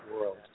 world